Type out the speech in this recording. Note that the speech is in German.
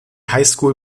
highschool